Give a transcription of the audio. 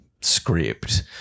Script